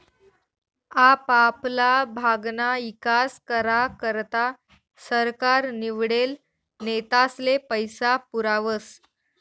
आपापला भागना ईकास करा करता सरकार निवडेल नेतास्ले पैसा पुरावस